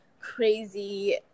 crazy